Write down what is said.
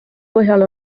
põhjal